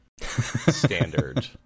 standard